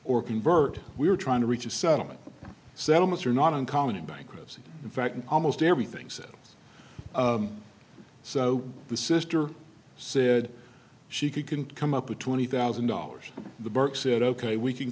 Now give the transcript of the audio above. or convert we are trying to reach a settlement settlements are not uncommon in bankruptcy in fact almost everything said so the sister said she couldn't come up with twenty thousand dollars the burke said ok we can